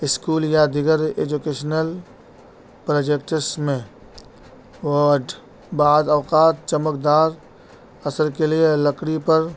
school یا دیگر educational projects میں ووڈ بعد اوقات چمک دار اثر کے لیے لکڑی پر